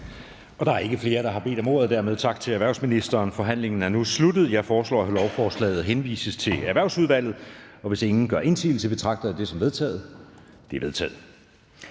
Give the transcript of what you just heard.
Der er ikke flere, der har bedt om ordet. Dermed tak til erhvervsministeren. Forhandlingen er nu sluttet. Jeg foreslår, at lovforslaget henvises til Erhvervsudvalget. Hvis ingen gør indsigelse, betragter jeg det som vedtaget. Det er vedtaget.